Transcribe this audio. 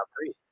three